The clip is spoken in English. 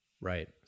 Right